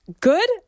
Good